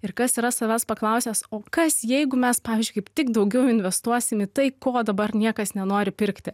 ir kas yra savęs paklausęs o kas jeigu mes pavyzdžiui kaip tik daugiau investuosim į tai ko dabar niekas nenori pirkti